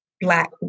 Black